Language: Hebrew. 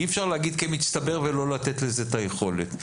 אי אפשר להגיד כמצטבר ולא לתת לזה את היכולת.